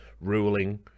ruling